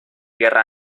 guerra